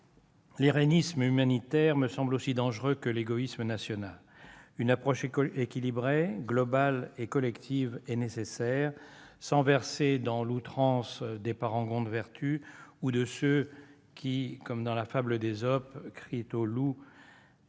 l'irénisme humanitaire me semble aussi dangereux que l'égoïsme national. Une approche équilibrée, globale et collective est nécessaire, sans verser dans l'outrance des parangons de vertu ou de ceux qui, comme dans la fable d'Ésope, crient tant au loup